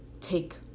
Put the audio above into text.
take